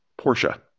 Porsche